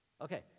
Okay